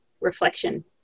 Reflection